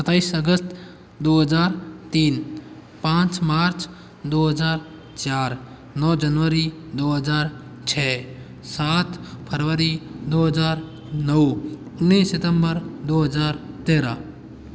सत्ताईस अगस्त दो हज़ार तीन पाँच मार्च दो हज़ार चार नौ जनवरी दो हज़ार छः सात फरवरी दो हज़ार नौ उन्नीस सितम्बर दो हज़ार तेरह